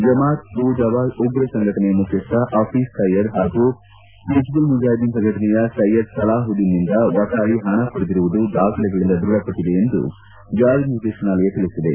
ಜಮಾತ್ ರಉ ದವಾ ಉಗ್ರ ಸಂಘಟನೆಯ ಮುಖ್ಯಸ್ವ ಪಫೀಜ್ ಸಹೀದ್ ಹಾಗೂ ಒಜ್ದುಲ್ ಮುಜಾಹ್ದಿೀನ್ ಸಂಘಟನೆಯ ಸೈಯ್ಯದ್ ಸಲಾಹುದ್ದೀನ್ನಿಂದ ವಟಾಳ ಷಣ ಪಡೆದಿರುವುದು ದಾಖಲೆಗಳಂದ ದೃಢಪಟ್ಟದೆ ಎಂದು ಜಾರಿ ನಿರ್ದೇತನಾಲಯ ತೀಸಿದೆ